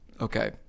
Okay